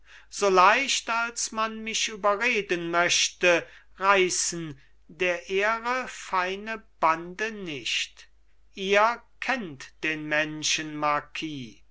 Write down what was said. so leicht als man mich überreden möchte reißen der ehre heilge bande nicht ihr kennt den